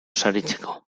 saritzeko